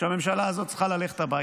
שהממשלה הזאת צריכה ללכת הביתה.